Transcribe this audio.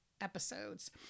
episodes